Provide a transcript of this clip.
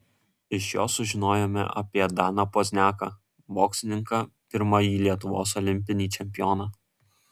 iš jo sužinojome apie daną pozniaką boksininką pirmąjį lietuvos olimpinį čempioną